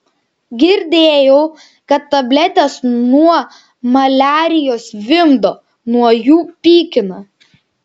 girdėjau kad tabletės nuo maliarijos vimdo nuo jų pykina